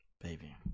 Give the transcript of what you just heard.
baby